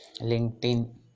LinkedIn